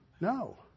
No